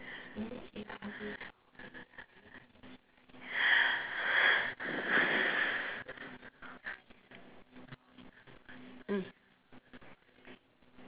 mm